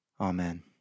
Amen